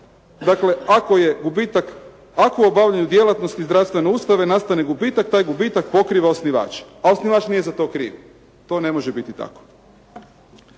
dakle ako je gubitak, ako obavljaju djelatnosti iz zdravstvene ustanove, nastane gubitak, taj gubitak pokriva osnivač, a osnivač nije za to kriv. To ne može biti tako.